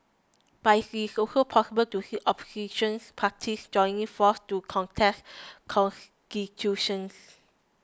but it is also possible to see Opposition parties joining forces to contest constituencies